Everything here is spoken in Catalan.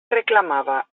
reclamava